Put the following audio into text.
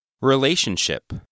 Relationship